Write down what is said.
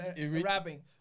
rapping